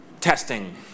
testing